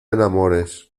enamores